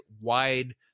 wide